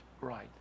right